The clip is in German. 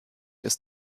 des